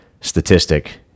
statistic